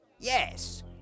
Yes